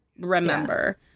remember